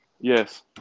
Yes